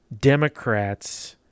Democrats